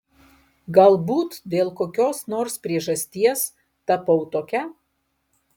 galbūt dėl kokios nors priežasties tapau tokia